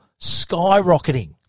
skyrocketing